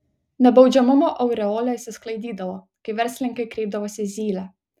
nebaudžiamumo aureolė išsisklaidydavo kai verslininkai kreipdavosi į zylę